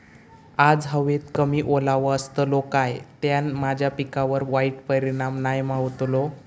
आज हवेत कमी ओलावो असतलो काय त्याना माझ्या पिकावर वाईट परिणाम नाय ना व्हतलो?